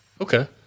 Okay